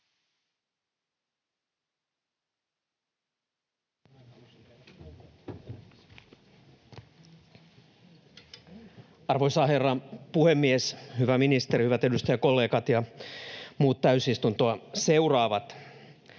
Arvoisa herra puhemies! Hyvä ministeri, hyvät edustajakollegat ja muut täysistuntoa seuraavat!